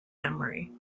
memory